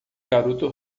garoto